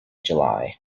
july